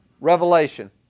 revelation